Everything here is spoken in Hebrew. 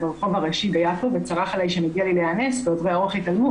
ברחוב הראשי ביפו וצרח עליי שמגיע לי להיאנס ועוברי האורח התעלמו,